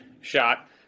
shot